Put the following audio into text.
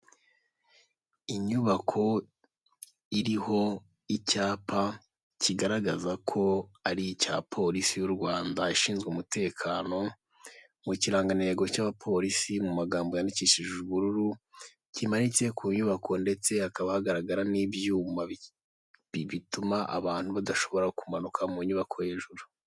Inyubako iriho icyapa kigaragaza ko ari icya polisi y'u Rwanda ishinzwe umutekano w'ikirangantego cy'abapolisi mu magambo yandikishije ubururu kimanitse ku nyubako ndetse hakaba hagaragara n'ibyuma bituma abantu badashobora kumanuka mu nyubako hejuru.